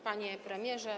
Panie Premierze!